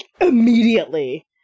immediately